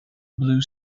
blue